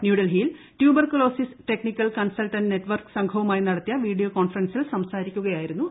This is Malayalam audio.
ന്യൂഡൽഹിയിൽ ട്യൂബർകുലോസിസ് ടെക്നിക്കൽ കൺസൾട്ടന്റ് നെറ്റ്വർക്ക് സംഘവുമായി നടത്തിയ വീഡിയോ കോൺഫറൻസിൽ സംസാരിക്കുകയായിരുന്നു അദ്ദേഹം